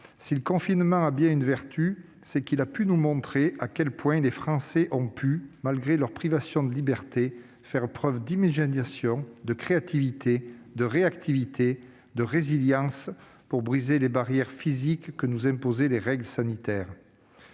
si le confinement a eu une vertu, c'est celle de nous montrer à quel point les Français pouvaient, malgré leurs privations de liberté, faire preuve d'imagination, de créativité, de réactivité et de résilience pour briser les barrières physiques que nous imposaient les règles sanitaires.